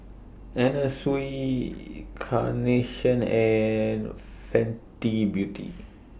Anna Sui Carnation and Fenty Beauty